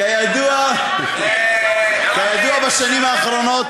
כידוע, בשנים האחרונות